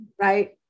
right